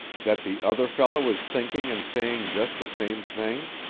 that the other fellow is thinking and saying just the same thing?